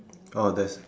oh there's